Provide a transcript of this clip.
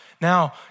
now